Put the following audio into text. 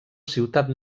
ciutat